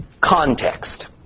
Context